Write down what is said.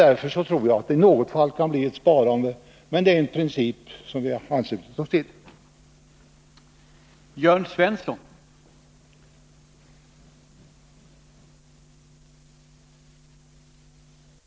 Därför tror jag att det i något fall kan bli ett sparande, men väsentligen är det fråga om att vi anslutit oss till en princip.